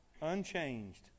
Unchanged